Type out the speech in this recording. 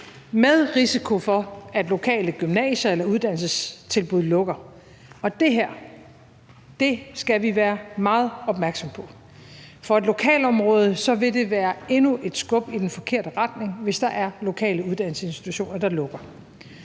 med risiko for, at lokale gymnasier eller uddannelsestilbud lukker, og det her skal vi være meget opmærksomme på. For et lokalområde vil det være endnu et skub i den forkerte retning, hvis der er lokale uddannelsesinstitutioner, der lukker.